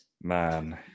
man